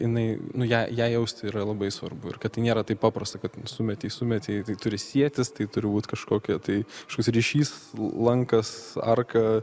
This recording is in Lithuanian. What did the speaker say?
jinai nu ją ją jaust yra labai svarbu ir kad nėra taip paprasta kad sumetei sumetei tai turi sietis tai turi būti kažkokia tai kažkoks ryšys lankas arka